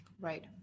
Right